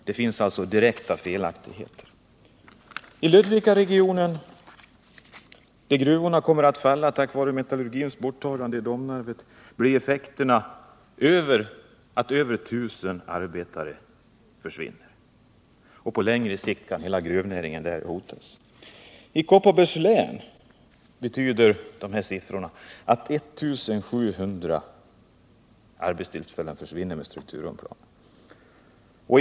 Det finns alltså direkta felaktigheter. I Ludvikaregionen, där gruvorna kommer att försvinna på grund av metallurgins nedläggning i Domnarvet, blir effekten att över 1 000 arbeten försvinner. På längre sikt kan hela gruvnäringen i området hotas. I Kopparbergs län betyder de här siffrorna att 1 700 arbetstillfällen försvinner, om strukturplanen förverkligas.